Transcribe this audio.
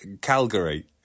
Calgary